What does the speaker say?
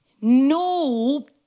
No